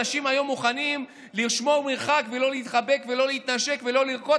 אנשים היום מוכנים לשמור מרחק ולא להתחבק ולא להתנשק ולא לרקוד,